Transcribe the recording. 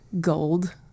gold